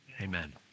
Amen